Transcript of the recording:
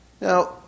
Now